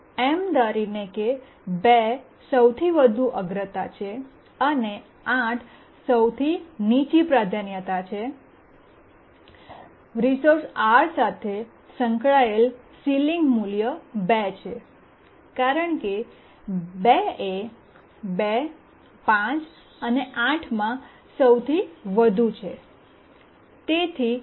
એમ ધારીને કે 2 સૌથી વધુ અગ્રતા છે અને 8 સૌથી નીચી પ્રાધાન્યતા છે રિસોર્સ R સાથે સંકળાયેલ સીલીંગ મૂલ્ય 2 છે કારણ કે 2 એ 2 5 અને 8માં સૌથી વધુ છે